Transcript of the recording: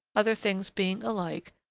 other things being alike,